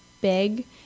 big